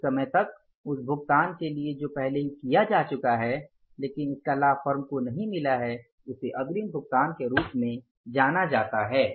उस समय तक उस भुगतान के लिए जो पहले ही किया जा चुका है लेकिन इसका लाभ फर्म को नहीं मिला है उसे अग्रिम भुगतान के रूप में जाना जाता है